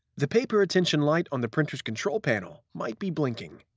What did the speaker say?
the paper attention light on the printer's control panel might be blinking.